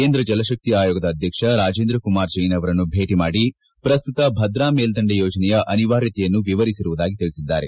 ಕೇಂದ್ರ ಜಲಶಕ್ತಿಯ ಆಯೋಗದ ಅಧ್ವಕ್ಷ ರಾಜೇಂದ್ರ ಕುಮಾರ್ ಜೈನ್ ಅವರನ್ನು ಭೇಟಿ ಮಾಡಿ ಪ್ರಸ್ತುತ ಭದ್ರಾ ಮೇಲ್ದಂಡೆ ಯೋಜನೆಯ ಅನಿವಾರ್ಯತೆಯನ್ನು ವಿವರಿಸಿರುವುದಾಗಿ ತಿಳಿಸಿದ್ದಾರೆ